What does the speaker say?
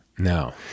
No